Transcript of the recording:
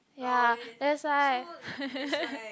ya that's why